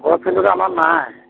ঘৰুৱা ফিল্টাৰটো আমাৰ নাই